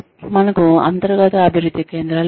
మనకు అంతర్గత అభివృద్ధి కేంద్రాలు ఉన్నాయి